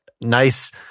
nice